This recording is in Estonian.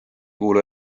kuulu